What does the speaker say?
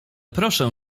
proszę